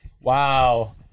Wow